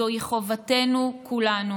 זוהי חובת כולנו,